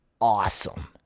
awesome